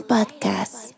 Podcast